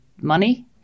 money